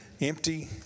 Empty